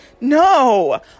no